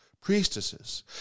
priestesses